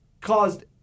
caused